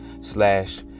slash